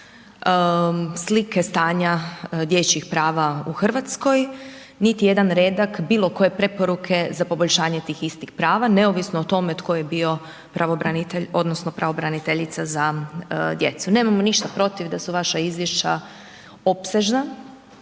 slike, stanja dječjih prava u Hrvatskoj, niti jedan redak, bilo koje preporuke za poboljšanja tih istih prava, neovisno o tome tko je bio pravobranitelj, odnosno, pravobraniteljice za djecu. Nemamo ništa protiv da su vaša izvješća opsežna,